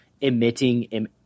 emitting